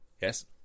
Yes